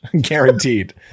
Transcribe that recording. guaranteed